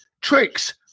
tricks